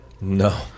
No